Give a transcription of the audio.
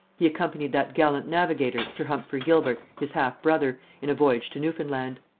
he accompanied that gallant navigator sir humphrey gilbert, his half brother, in a voyage to newfoundland.